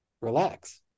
relax